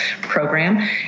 program